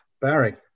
Barry